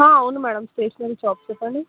అవును madam stationery shop చెప్పండి